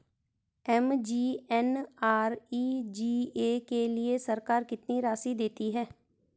MGNREGA के लिए सरकार कितनी राशि देती है?